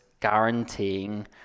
guaranteeing